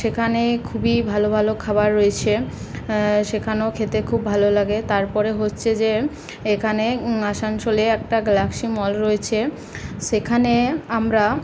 সেখানে খুবই ভালো ভালো খাবার রয়েছে সেখানেও খেতে খুব ভালো লাগে তারপরে হচ্ছে যে এখানে আসানসোলে একটা গ্যালাক্সি মল রয়েছে সেখানে আমরা